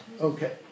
Okay